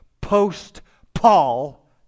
post-Paul